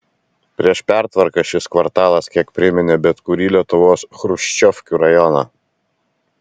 prieš pertvarkas šis kvartalas kiek priminė bet kurį lietuvos chruščiovkių rajoną